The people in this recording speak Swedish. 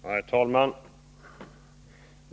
Herr talman!